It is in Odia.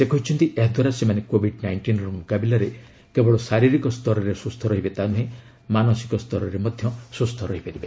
ସେ କହିଛନ୍ତି ଏହା ଦ୍ୱାରା ସେମାନେ କୋଭିଡ୍ ନାଇଷ୍ଟିନ୍ର ମୁକାବିଲାରେ କେବଳ ଶାରୀରିକ ସ୍ତରରେ ସୁସ୍ଥ ରହିବେ ତା' ନୁହେଁ ମାନସିକ ସ୍ତରରେ ସ୍କୁସ୍ ରହିପାରିବେ